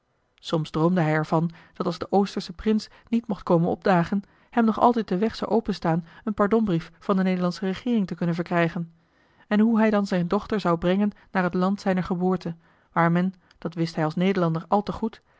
soms droomde hij er van dat als de oostersche prins niet mocht komen opdagen hem nog altijd de weg zou openstaan een pardonbrief van de nederlandsche regeering te kunnen verkrijgen en hoe hij dan zijn dochter zou brengen naar het land zijner geboorte waar men dat wist hij als nederlander al te goed